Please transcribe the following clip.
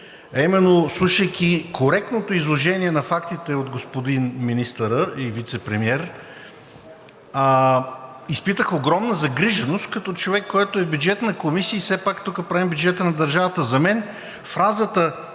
именно: слушайки коректното изложение на фактите от господин министъра и вицепремиер, изпитах огромна загриженост като човек, който е в Бюджетната комисия – все пак тук правим бюджета на държавата. За мен фразата